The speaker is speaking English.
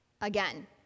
again